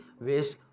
waste